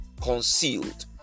concealed